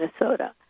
Minnesota